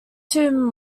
two